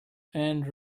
and